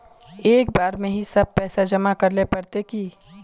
एक बार में ही सब पैसा जमा करले पड़ते की?